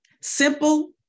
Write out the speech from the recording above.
simple